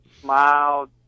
smiled